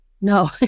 No